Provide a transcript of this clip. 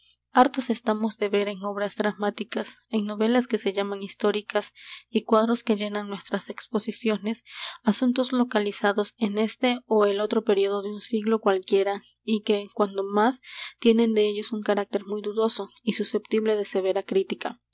hartos estamos de ver en obras dramáticas en novelas que se llaman históricas y cuadros que llenan nuestras exposiciones asuntos localizados en este ó el otro período de un siglo cualquiera y que cuando más tienen de ellos un carácter muy dudoso y susceptible de severa crítica